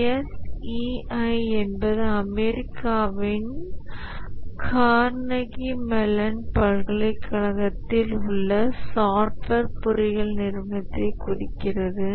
SEI என்பது அமெரிக்காவின் Carnegie Mellon பல்கலைக்கழகத்தில் உள்ள சாஃப்ட்வேர் பொறியியல் நிறுவனத்தை குறிக்கிறது